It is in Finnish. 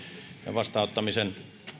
vastaanottamisen